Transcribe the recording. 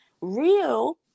real